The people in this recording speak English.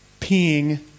peeing